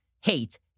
hate